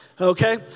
Okay